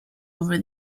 over